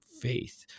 faith